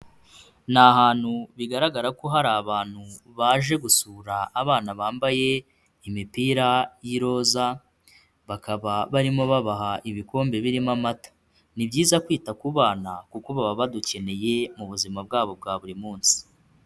Ni ahantu bigaragara ko hari abantu baje gusura abana bambaye imipira y'iroza, bakaba barimo babaha ibikombe birimo amata, ni byiza kwita ku bana kuko baba badukeneye mu buzima bwabo bwa buri munsi.